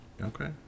Okay